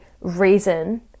reason